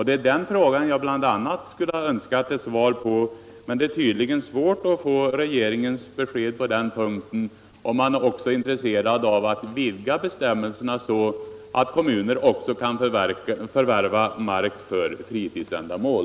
Det är den frågan jag bl.a. skulle ha önskat ett svar på. Men det tycks vara svårt att på den punkten få regeringens besked om man också är intresserad av att vidga bestämmelserna så att kommuner kan förvärva mark för fritidsändamål.